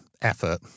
effort